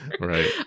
Right